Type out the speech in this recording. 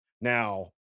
Now